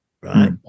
right